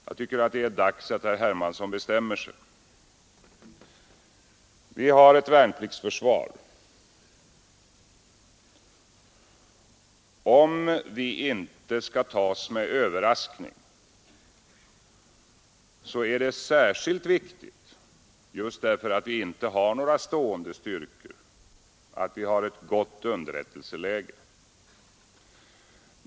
Jag tycker att det är dags att herr Hermansson bestämmer sig. Vi har ett värnpliktsförsvar. Om vi inte skall bli tagna med överraskning är det särskilt viktigt — just därför att vi inte har några stående styrkor — att vi har ett gott underrättelseläge.